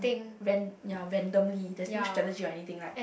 ran~ ya randomly there's no strategic on anything right